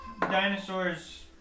dinosaur's